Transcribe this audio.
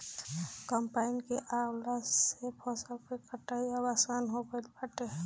combine के आइला से फसल के कटाई अब आसान हो गईल बाटे